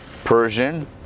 Persian